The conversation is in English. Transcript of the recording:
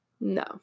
no